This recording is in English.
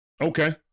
Okay